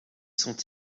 sont